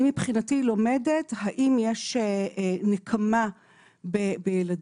אני מבחינתי לומדת האם יש נקמה בילדים.